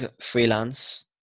freelance